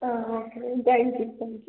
um okay ma'am thank you thank you